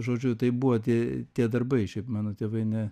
žodžiu tai buvo tie tie darbai šiaip mano tėvai ne